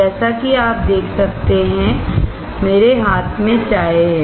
जैसा कि आप देख सकते हैं मेरे हाथ में चाय है